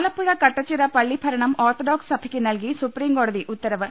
ആലപ്പുഴ കട്ടച്ചിറ പള്ളി ഭരണം ഓർത്തഡോക്സ് സഭയ്ക്ക് നൽകി സുപ്രീംകോടതി ഉത്തരവ്